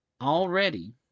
Already